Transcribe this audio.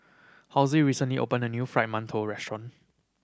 recently opened a new Fried Mantou restaurant